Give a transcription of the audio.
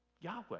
Yahweh